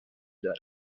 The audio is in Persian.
دارم